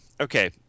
Okay